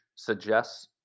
suggests